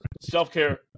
Self-care